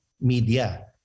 media